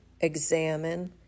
examine